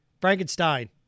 Frankenstein